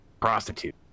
Prostitute